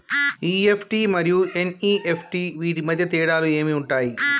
EFT మరియు NEFT వీటి మధ్య తేడాలు ఏమి ఉంటాయి?